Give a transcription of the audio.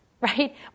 right